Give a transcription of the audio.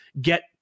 get